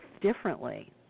differently